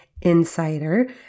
Insider